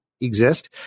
exist